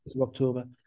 October